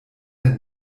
denn